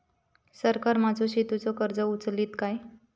सरकार माझो शेतीचो खर्च उचलीत काय?